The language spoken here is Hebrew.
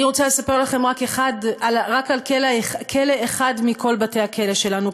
אני רוצה לספר לכם רק על כלא אחד מכל בתי-הכלא שלנו,